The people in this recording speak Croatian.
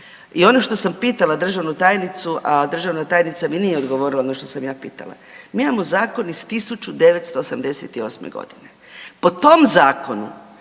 I ono što sam pitala državnu tajnicu, a državna tajnica mi nije odgovorila ono što sam ja pitala. Mi imamo zakon iz 1988. godine, po tom zakonu